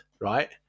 right